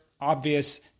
obvious